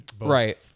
Right